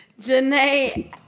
Janae